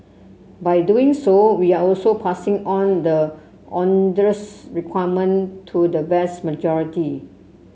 by doing so we are also passing on the onerous requirement to the vast majority